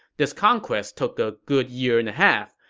this conquest took a good year and a half,